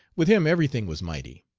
with him everything was mighty.